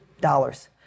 dollars